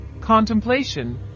contemplation